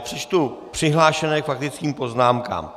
Přečtu přihlášené k faktickým poznámkám.